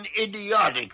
idiotic